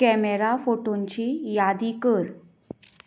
camera फोटोंची यादी कर